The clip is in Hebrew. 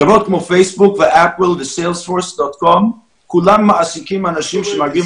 חברות כמו פייסבוק ואפל וסיילספורס כולם מעסיקים אנשים שמגיעים